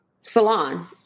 salon